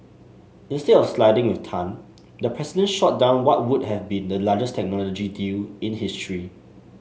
instead of siding with Tan the president shot down what would have been the largest technology deal in history